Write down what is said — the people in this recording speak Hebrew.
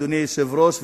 אדוני היושב-ראש,